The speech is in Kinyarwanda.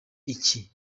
iki